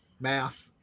math